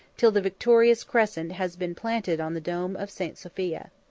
till the victorious crescent has been planted on the dome of st. sophia.